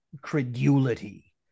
credulity